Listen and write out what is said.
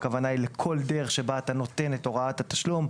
הכוונה היא לכל דרך שבה אתה נותן את הוראת התשלום.